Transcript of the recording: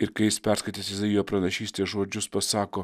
ir kai jis perskaitys izaijo pranašystės žodžius pasako